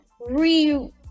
re